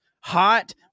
hot